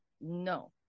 no